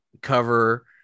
cover